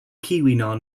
keweenaw